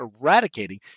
eradicating